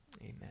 amen